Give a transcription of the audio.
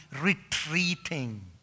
retreating